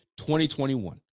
2021